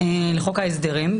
לחוק ההסדרים,